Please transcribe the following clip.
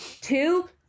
two